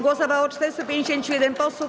Głosowało 451 posłów.